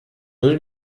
müll